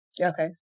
Okay